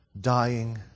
dying